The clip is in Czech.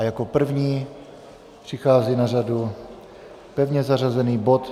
Jako první přichází na řadu pevně zařazený bod